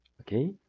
Okay